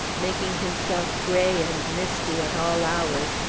making himself gray and misty, at all hours,